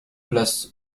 place